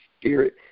spirit